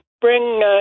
bring